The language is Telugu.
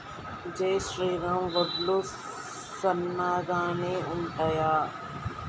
జై శ్రీరామ్ వడ్లు సన్నగనె ఉంటయా?